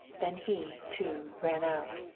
then he, too, ran out.